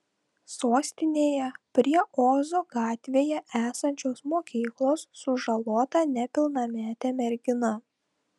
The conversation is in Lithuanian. sostinėje prie ozo gatvėje esančios mokyklos sužalota nepilnametė mergina